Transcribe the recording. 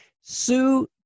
Sue